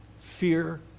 Fear